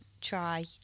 try